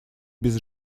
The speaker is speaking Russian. без